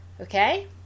okay